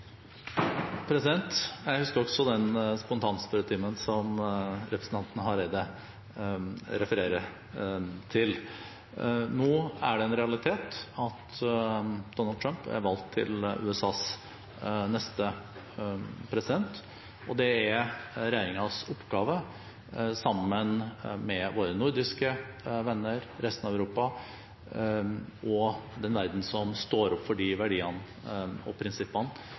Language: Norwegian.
Jeg husker også den spontanspørretimen som representanten Hareide refererer til. Nå er det en realitet at Donald Trump er valgt til USAs neste president, og det er regjeringens oppgave at vi, sammen med våre nordiske venner, resten av Europa og den verden som står opp for de verdiene og prinsippene